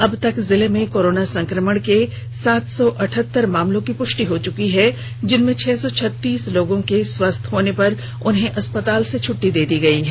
अब तक जिले में कोरोना संकमण के सात सौ अठहत्तर मामलों की पुष्टि हो चुकी है जिनमें छह सौ छत्तीस लोगों को स्वस्थ होने पर अस्पताल से छुट्टी दी जा चुकी है